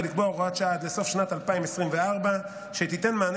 ולקבוע הוראת שעה עד לסוף שנת 2024 שתיתן מענה